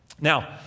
Now